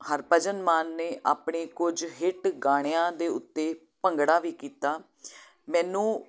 ਹਰਭਜਨ ਮਾਨ ਨੇ ਆਪਣੇ ਕੁਝ ਹਿਟ ਗਾਣਿਆਂ ਦੇ ਉੱਤੇ ਭੰਗੜਾ ਵੀ ਕੀਤਾ ਮੈਨੂੰ